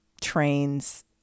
trains